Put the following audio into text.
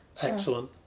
Excellent